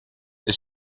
this